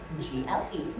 G-L-E